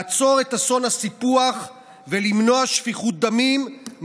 לעצור את אסון הסיפוח ולמנוע שפיכות דמים,